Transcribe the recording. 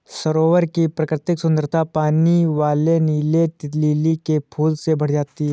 सरोवर की प्राकृतिक सुंदरता पानी वाले नीले लिली के फूल से बढ़ जाती है